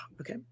Okay